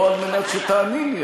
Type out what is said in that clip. לא על מנת שתעני לי,